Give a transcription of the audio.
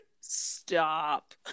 stop